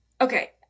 Okay